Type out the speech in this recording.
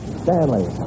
Stanley